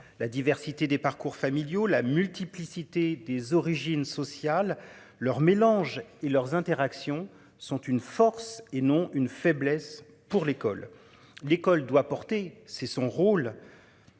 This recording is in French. La diversité des parcours familiaux, la multiplicité des origines sociales leurs mélanges et leurs interactions sont une force et non une faiblesse pour l'école, l'école doit porter, c'est son rôle.